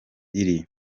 iri